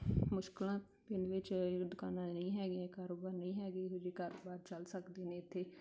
ਮੁਸ਼ਕਿਲਾਂ ਪਿੰਡ ਵਿੱਚ ਦੁਕਾਨਾਂ ਨਹੀਂ ਹੈਗੀਆਂ ਕਾਰੋਬਾਰ ਨਹੀਂ ਹੈਗੇ ਇਹੋ ਜਿਹੇ ਕਾਰੋਬਾਰ ਚੱਲ ਸਕਦੇ ਨੇ ਇੱਥੇ